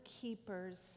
keepers